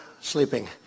sleeping